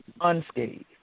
unscathed